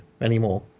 anymore